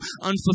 unfulfilled